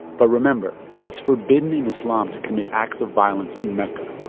but remember it's forbidden in islam to commit acts of violence in mecca.